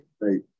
great